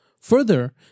Further